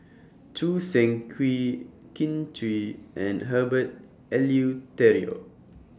Choo Seng Quee Kin Chui and Herbert Eleuterio